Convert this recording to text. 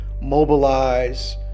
mobilize